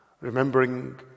remembering